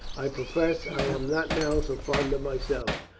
i profess i am not now so fond of myself.